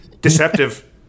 Deceptive